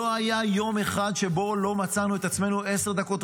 לא היה יום אחד שבו לא מצאנו את עצמנו עשר דקות,